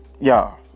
Y'all